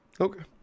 okay